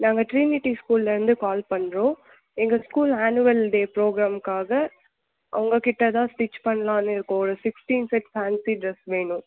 நாங்கள் ட்ரீனிட்டி ஸ்கூல்லந்து கால் பண்ணுறோம் எங்கள் ஸ்கூல் ஆனுவல் டே ப்ரோக்ராமுகாக உங்கள்கிட்ட தான் ஸ்டிச் பண்ணலானு இருக்கோம் ஒரு சிக்ஸ்டின் செட் ஃபேன்சி டிரஸ் வேணும்